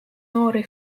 noori